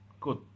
good